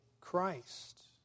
Christ